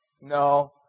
No